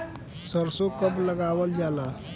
सरसो कब लगावल जाला?